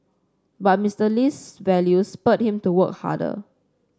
but Mister Lee's values spurred him to work harder